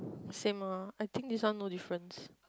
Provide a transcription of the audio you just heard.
same ah I think there are no difference